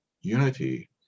unity